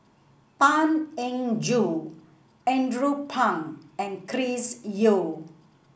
Tan Eng Joo Andrew Phang and Chris Yeo